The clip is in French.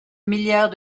milliards